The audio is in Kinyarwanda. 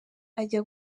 ajya